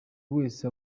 wese